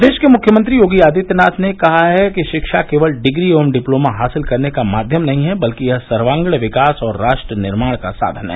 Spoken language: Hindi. प्रदेश के मुख्यमंत्री योगी आदित्यनाथ ने कहा है कि शिक्षा केवल डिग्री एवं डिप्लोमा हासिल करने का माध्यम नहीं है बल्क यह सर्वगीण विकास और राष्ट्र निर्माण का संसाधन है